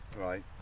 Right